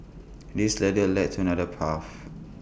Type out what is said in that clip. this ladder led to another path